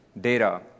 data